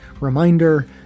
reminder